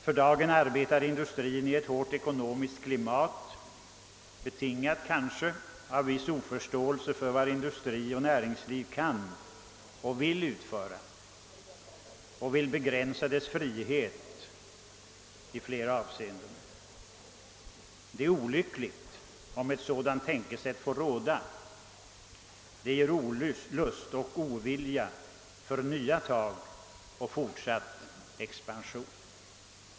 För dagen arbetar industrin i ett hårt ekonomiskt klimat, kanske betingat av en viss oförståelse för vad industri och näringsliv kan och vill utföra. Man vill begränsa dess frihet i många avseenden. Det vore olyckligt om ett sådant tänkesätt skulle få råda, eftersom det inger olust och ovilja till nya tag och fortsatt expansion.